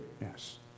Yes